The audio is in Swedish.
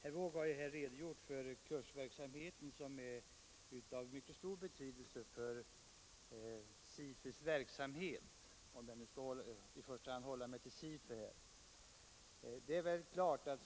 Herr Wååg har redogjort för kursverksamheten, som är av mycket stor betydelse för SIFU — om jag nu i första hand skall hålla mig till det.